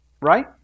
right